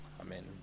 amen